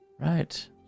Right